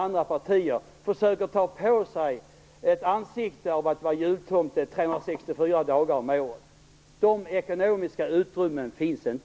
Andra partier försöker ta på sig ett jultomteansikte 364 dagar om året. De ekonomiska utrymmena finns inte.